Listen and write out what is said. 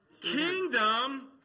Kingdom